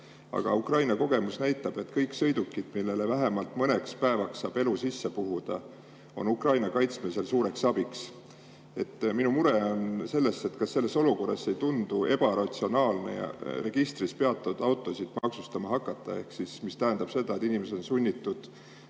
Aga Ukraina kogemus näitab, et kõik sõidukid, millele vähemalt mõneks päevaks saab elu sisse puhuda, on Ukraina kaitsmisel suureks abiks. Minu mure on selles, kas selles olukorras ei tundu ebaratsionaalne peatatud registri[kandega] autosid maksustama hakata. See tähendab seda, et inimesed on sunnitud